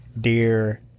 dear